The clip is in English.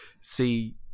see